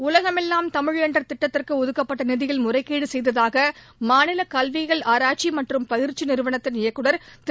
உலகமெல்லாம் தமிழ் என்ற திட்டத்திற்கு ஒதுக்கப்பட்ட நிதியில் முறைகேடு செய்ததாக மாநில கல்வியியல் ஆராய்ச்சி மற்றும் பயிற்சி நிறுவனத்தின் இயக்குநர் திரு